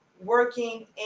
working